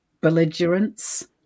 Belligerence